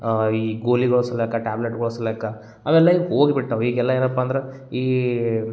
ಈ ಗೋಲಿಗಳ್ ಸಲ್ಲೇಕ ಟಾಬ್ಲೆಟ್ಗಳ ಸಲ್ಲೇಕ ಅವೆಲ್ಲ ಈಗ ಹೋಗಿಬಿಟ್ಟವೆ ಈಗೆಲ್ಲ ಏನಪ್ಪ ಅಂದ್ರೆ ಈ